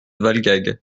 valgalgues